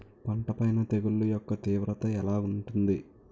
పంట పైన తెగుళ్లు యెక్క తీవ్రత ఎలా ఉంటుంది